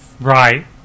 Right